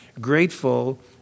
grateful